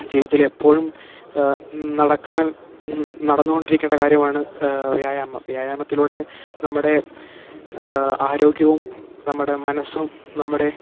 ജീവിതത്തിലെപ്പോഴും നടക്കാൻ നടന്നു കൊണ്ടിരിക്കേണ്ട കാര്യമാണ് വ്യായാമം വ്യായാമത്തിലൂടെ നമ്മുടെ ആരോഗ്യവും നമ്മുടെ മനസ്സും നമ്മുടെ